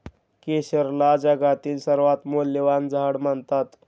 केशरला जगातील सर्वात मौल्यवान झाड मानतात